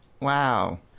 Wow